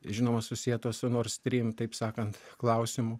žinoma susieta su nord strym taip sakant klausimu